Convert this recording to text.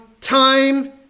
time